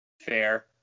Fair